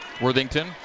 Worthington